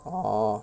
oh